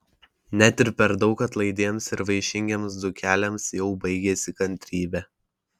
net ir per daug atlaidiems ir vaišingiems dzūkeliams jau baigiasi kantrybė